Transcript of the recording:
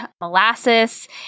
molasses